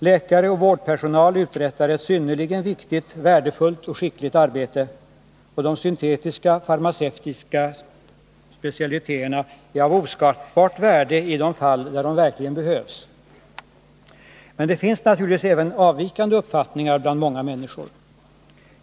Läkare och vårdpersonal uträttar ett synnerligen viktigt, värdefullt och skickligt arbete, och de syntetiska farmaceutiska specialiteterna är av oskattbart värde i de fall där de verkligen behövs. Men det finns naturligtvis även avvikande uppfattningar bland många människor.